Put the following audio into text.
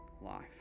life